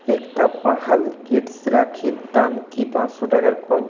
একটা টা পাহাল কিডস রাখির দাম কি পাঁচশো টাকার কম